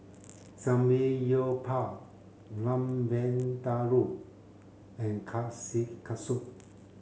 Samgeyopsal Lamb Vindaloo and Kushikatsu